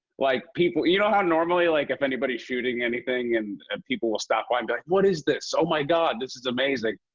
like, you know how, normally, like, if anybody's shooting anything and people will stop by and be like, what is this? oh, my god. this is amazing.